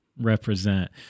represent